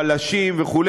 בלשים וכו',